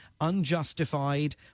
unjustified